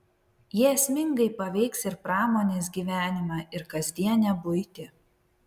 jie esmingai paveiks ir pramonės gyvenimą ir kasdienę buitį